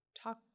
talk